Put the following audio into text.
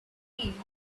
healed